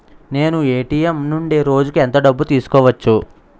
నేను ఎ.టి.ఎం నుండి రోజుకు ఎంత డబ్బు తీసుకోవచ్చు?